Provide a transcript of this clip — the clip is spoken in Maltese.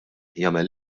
jagħmel